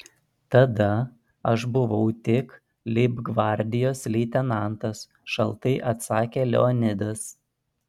tada aš buvau tik leibgvardijos leitenantas šaltai atsakė leonidas